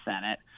senate